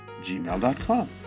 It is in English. gmail.com